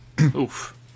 Oof